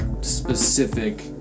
specific